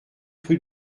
rue